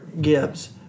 Gibbs